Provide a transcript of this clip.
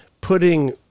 putting